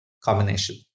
combination